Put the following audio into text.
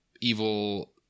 evil